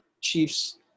Chiefs